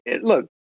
look